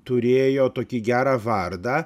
turėjo tokį gerą vardą